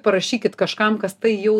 parašykit kažkam kas tai jau